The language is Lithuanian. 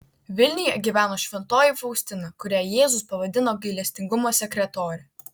vilniuje gyveno šventoji faustina kurią jėzus pavadino gailestingumo sekretore